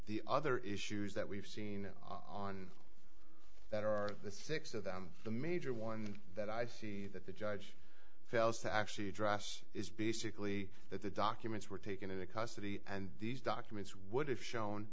the other issues that we've seen on that are the six of them the major one that i see that the judge fails to actually address is basically that the documents were taken into custody and these documents would have shown